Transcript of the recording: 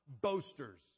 boasters